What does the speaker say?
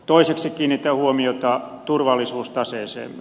toiseksi kiinnitän huomiota turvallisuustaseeseemme